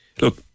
look